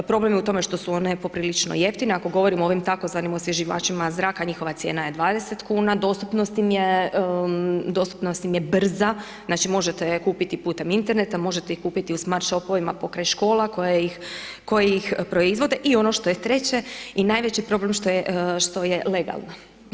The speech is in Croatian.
Problem je u tome što su one poprilično jeftine, ako govorimo o ovim tzv., osvježivačima zraka, njihova cijena je 20 kn, dostupnost im je brza, znači možete kupiti putem interneta, možete ih kupiti u smart shopovima pokraj škola koje ih proizvode, i ono što je treće i najveći problem što je legalna.